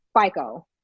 fico